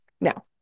Now